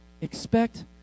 Expect